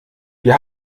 wir